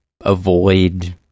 avoid